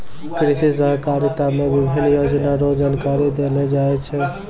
कृषि सहकारिता मे विभिन्न योजना रो जानकारी देलो जाय छै